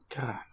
God